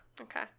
Okay